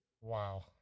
Wow